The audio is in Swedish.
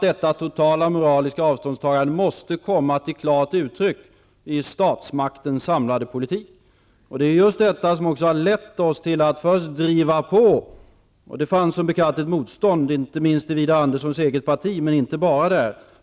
Detta totala moraliska avståndstagande måste komma till klart uttryck i statsmaktens samlade politik. Det är just detta som har lett oss till att driva på för att få till stånd en kriminalisering av bruket. Det fanns som bekant ett motstånd till det, inte minst i Widar Anderssons eget parti, men inte bara där.